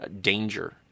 danger